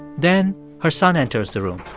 then, her son enters the room.